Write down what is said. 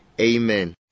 Amen